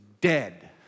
dead